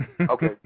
Okay